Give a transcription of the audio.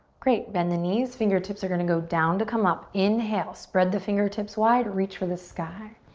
great, bend the knees. fingertips are gonna go down to come up. inhale, spread the fingertips wide, reach for the sky.